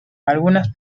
algunas